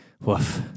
Woof